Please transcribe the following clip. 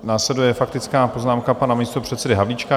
Následuje faktická poznámka pana místopředsedy Havlíčka.